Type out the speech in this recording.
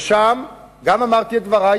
ושם גם אמרתי את דברי,